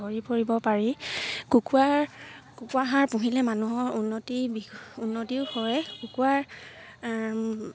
পৰিব পাৰি কুকুৰা কুকুৰা হাঁহ পুহিলে মানুহৰ উন্নতি উন্নতিও হয় কুকুৰাৰ